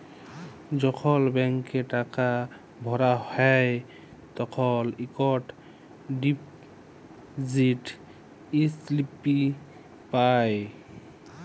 যখল ব্যাংকে টাকা ভরা হ্যায় তখল ইকট ডিপজিট ইস্লিপি পাঁই